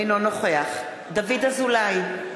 אינו נוכח דוד אזולאי,